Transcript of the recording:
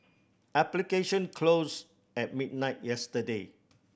application closed at midnight yesterday